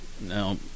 Now